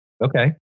Okay